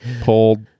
pulled